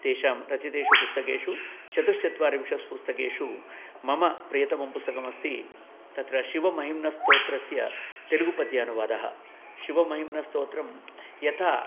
तेषां रचितेषु पुस्तकेषु चतुश्चत्वारिंशत् पुस्तकेषु मम प्रियतमं पुस्तकम् अस्ति तत्र शिवमहिम्नस्तोत्रस्य तेलुगुपद्यानुवादः शिवमहिम्नस्तोत्रम् यथा